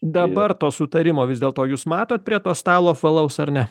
dabar to sutarimo vis dėlto jūs matote prie to stalo apvalaus ar ne